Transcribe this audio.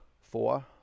four